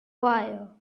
fire